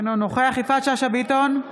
אינו נוכח יפעת שאשא ביטון,